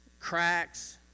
cracks